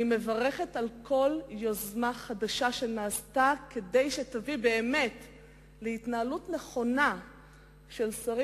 אני מברכת על כל יוזמה חדשה שננקטה כדי להביא להתנהלות נכונה של שרים,